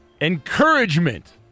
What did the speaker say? Encouragement